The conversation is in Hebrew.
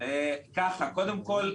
קודם כול,